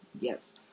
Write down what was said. Yes